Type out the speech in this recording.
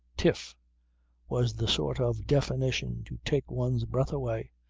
tiff was the sort of definition to take one's breath away,